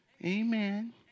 Amen